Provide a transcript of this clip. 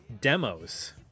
Demos